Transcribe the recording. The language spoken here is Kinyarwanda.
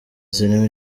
zirimo